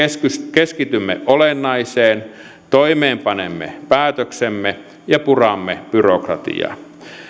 keskitymme olennaiseen toimeenpanemme päätöksemme ja puramme byrokratiaa